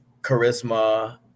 charisma